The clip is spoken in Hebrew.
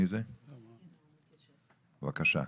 בבקשה.